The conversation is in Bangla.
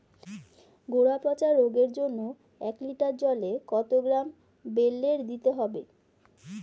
গোড়া পচা রোগের জন্য এক লিটার জলে কত গ্রাম বেল্লের দিতে হবে?